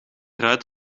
eruit